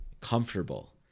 comfortable